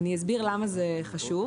אני אסביר למה זה חשוב.